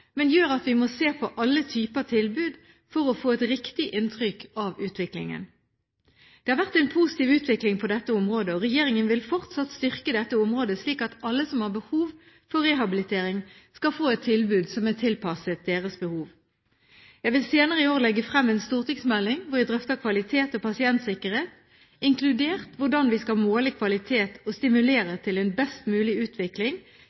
men gjør at vi må se på alle typer tilbud for å få et riktig inntrykk av utviklingen. Det har vært en positiv utvikling på dette området. Regjeringen vil fortsatt styrke dette området, slik at alle som har behov for rehabilitering, skal få et tilbud som er tilpasset deres behov. Jeg vil senere i år legge frem en stortingsmelding hvor jeg drøfter kvalitet og pasientsikkerhet, inkludert hvordan vi skal måle kvalitet og stimulere til en best mulig utvikling